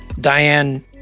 Diane